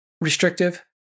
restrictive